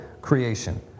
creation